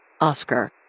Oscar